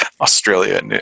Australia